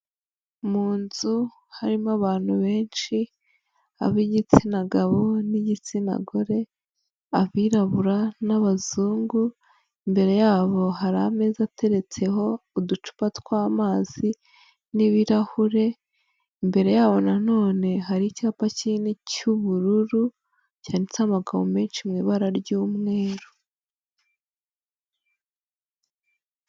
Mu nzu harimo abantu benshi ab'igitsina gabo n'igitsina gore, abirabura n'abazungu, imbere yabo hari ameza ateretseho uducupa tw'amazi n'ibirahure, imbere yabo na none hari icyapa kinini cy'ubururu, cyanditseho amagambo menshi mu ibara ry'umweru.